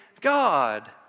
God